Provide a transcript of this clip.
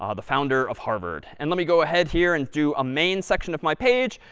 ah the founder of harvard. and let me go ahead here and do a main section of my page.